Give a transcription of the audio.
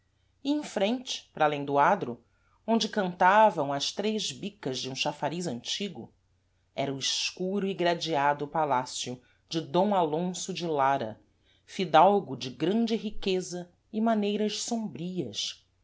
e em frente para alêm do adro onde cantavam as três bicas de um chafariz antigo era o escuro e gradeado palácio de d alonso de lara fidalgo de grande riqueza e maneiras sombrias